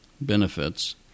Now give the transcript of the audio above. benefits